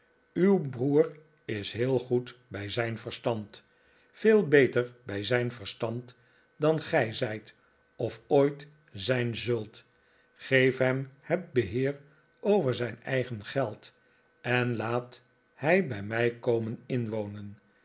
uw broer is heel goed bij zijn verstand veel beter bij zijn verstand dan gij zijt of ooit zijn zult geef hem het beheer over zijn eigen geld en laat hij bij mij komen inwonen